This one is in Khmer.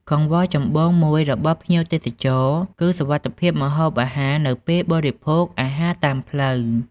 កង្វល់ចម្បងមួយរបស់ភ្ញៀវទេសចរ គឺសុវត្ថិភាពម្ហូបអាហារនៅពេលបរិភោគអាហារតាមផ្លូវ